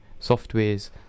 softwares